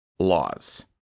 Laws